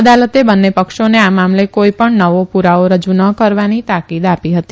અદાલતે બંને પક્ષોને આ મામલે કોઇ પણ નવો પુરાવો રજુ ન કરવાની તાકીદ આપી હતી